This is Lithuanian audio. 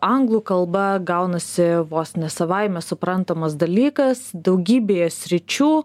anglų kalba gaunasi vos ne savaime suprantamas dalykas daugybėje sričių